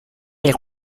del